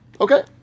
Okay